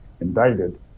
indicted